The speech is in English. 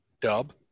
Dub